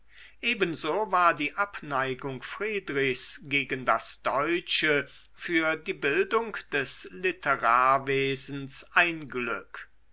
ebenso war die abneigung friedrichs gegen das deutsche für die bildung des literarwesens ein glück